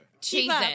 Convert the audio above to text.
Jesus